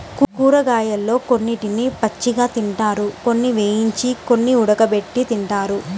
కూరగాయలలో కొన్నిటిని పచ్చిగా తింటారు, కొన్ని వేయించి, కొన్ని ఉడకబెట్టి తింటారు